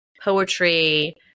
poetry